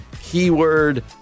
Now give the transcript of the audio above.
keyword